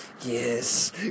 Yes